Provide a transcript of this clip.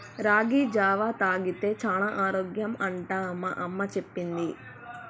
రాగి జావా తాగితే చానా ఆరోగ్యం అంట మా అమ్మ చెప్పింది